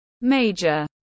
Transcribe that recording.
Major